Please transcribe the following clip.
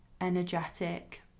energetic